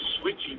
switching